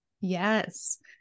Yes